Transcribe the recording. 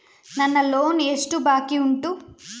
ನನ್ನ ಲೋನ್ ಎಷ್ಟು ಬಾಕಿ ಉಂಟು?